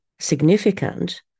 significant